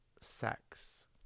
sex